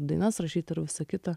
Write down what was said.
dainas rašyt ir visa kita